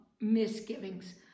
misgivings